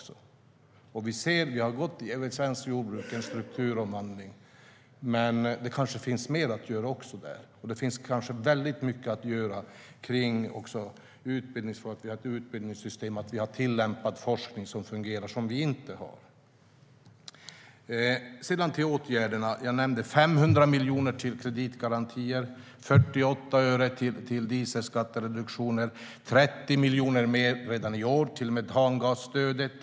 Svenskt jordbruk har genomgått en strukturomvandling, men det kanske finns mer att göra. Det kan finnas mycket att göra vad gäller utbildningen och att vi får en tillämpad forskning som fungerar. Det har vi inte i dag. Sedan vill jag ta upp åtgärderna. Jag nämnde 500 miljoner till kreditgarantier, 48 öre i dieselskattereduktion och 30 miljoner redan i år till metangasstödet.